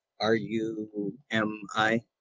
R-U-M-I